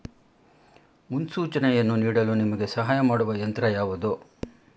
ಮುನ್ಸೂಚನೆಯನ್ನು ನೀಡಲು ನಿಮಗೆ ಸಹಾಯ ಮಾಡುವ ಯಂತ್ರ ಯಾವುದು?